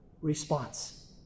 response